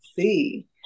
see